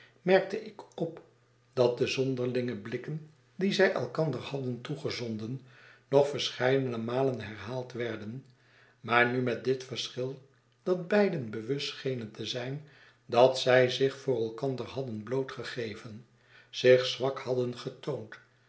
merkte ik op dat de zonderlinge blikken die zij elkander hadden toegezonden nog verscheidene malen herhaald werden maar nu met dit verschil dat beiden bewust schenen te zijn dat zij zich voor elkander hadden bloot gegeven zich zwak hadden getoond